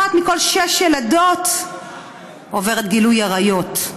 אחת מכל שש ילדות עוברת גילוי עריות.